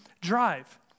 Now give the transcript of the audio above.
drive